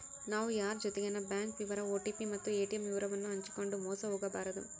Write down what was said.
ನಾವು ಯಾರ್ ಜೊತಿಗೆನ ಬ್ಯಾಂಕ್ ವಿವರ ಓ.ಟಿ.ಪಿ ಮತ್ತು ಏ.ಟಿ.ಮ್ ವಿವರವನ್ನು ಹಂಚಿಕಂಡು ಮೋಸ ಹೋಗಬಾರದು